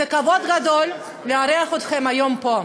זה כבוד גדול לארח אתכם היום פה.